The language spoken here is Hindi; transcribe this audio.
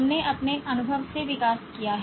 हमने अपने अनुभव से विकास किया है